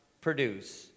produce